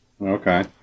Okay